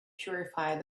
purified